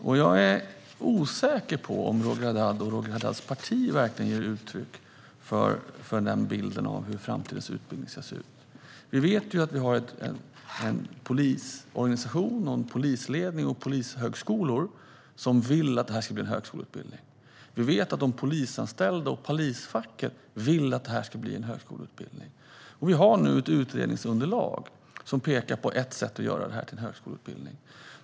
Jag är också osäker på om Roger Haddad och hans parti verkligen ger uttryck för den bilden av hur framtidens utbildning ska se ut. Vi vet ju att vi har en polisorganisation, en polisledning och polishögskolor som vill att detta ska bli en högskoleutbildning. Vi vet att de polisanställda och polisfacket vill att det ska bli en högskoleutbildning. Vi har nu också ett utredningsunderlag som pekar på ett sätt att göra polisutbildningen till en högskoleutbildning.